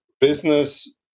business